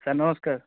sir ନମସ୍କାର